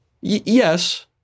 Yes